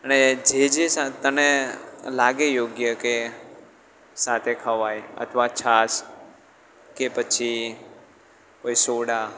અને જે જે તને લાગે યોગ્ય કે સાથે ખવાય અથવા છાશ કે પછી કોઈ સોડા